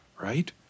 right